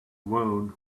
wound